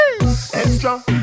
extra